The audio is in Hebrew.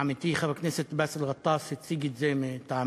עמיתי חבר הכנסת באסל גטאס הציג את זה מטעמנו.